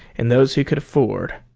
and those who could afford,